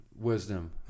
wisdom